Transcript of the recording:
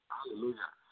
Hallelujah